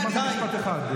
אמרת משפט אחד.